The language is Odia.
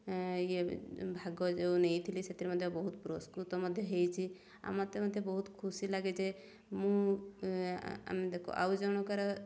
ଇଏ ଭାଗ ଯେଉଁ ନେଇଥିଲି ସେଥିରେ ମଧ୍ୟ ବହୁତ ପୁରସ୍କୃତ ମଧ୍ୟ ହେଇଛି ଆଉ ମୋତେ ମଧ୍ୟ ବହୁତ ଖୁସି ଲାଗେ ଯେ ମୁଁ ଆମେ ଦେଖୁ ଆଉ ଜଣକର